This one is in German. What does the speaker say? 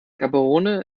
gaborone